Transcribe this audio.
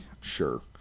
sure